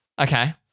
Okay